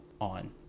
on